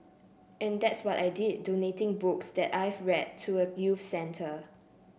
and that's what I did donating books that I've read to a youth centre